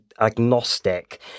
agnostic